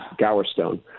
Gowerstone